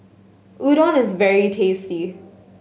udon is very tasty